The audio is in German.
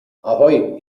ahoi